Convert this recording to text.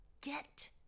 get